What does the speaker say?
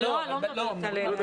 לא, אני לא מדברת עליהן.